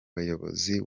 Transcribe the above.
bayobozi